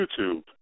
YouTube